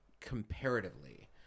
comparatively